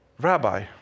rabbi